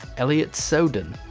elliott soudan,